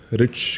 rich